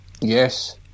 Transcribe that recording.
yes